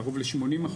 קרוב ל-80%,